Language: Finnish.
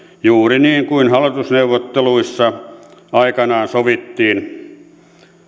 juuri niin kuin hallitusneuvotteluissa aikoinaan sovittiin